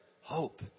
hope